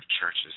churches